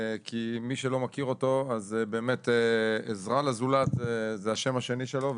כי מי שלא מכיר אותו עזרה לזולת זה השם השני שלו.